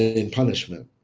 in punishment.